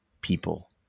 people